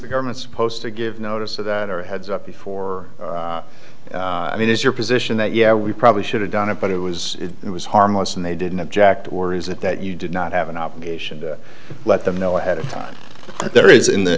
the government supposed to give notice of that are heads up before and it is your position that yeah we probably should have done it but it was it was harmless and they didn't object or is it that you did not have an obligation to let them know ahead of time there is in the